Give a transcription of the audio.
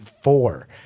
four